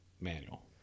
manual